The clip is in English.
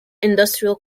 industrial